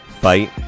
Fight